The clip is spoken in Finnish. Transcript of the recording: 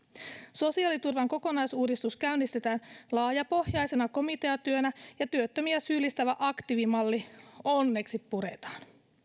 sosiaaliturvan kokonaisuudistus käynnistetään laajapohjaisena komiteatyönä ja työttömiä syyllistävä aktiivimalli onneksi puretaan